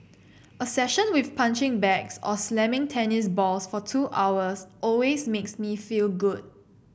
a session with punching bags or slamming tennis balls for two hours always makes me feel good